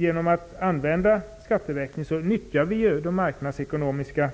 Genom att använda skatteväxling nyttjar vi de marknadsekonomiska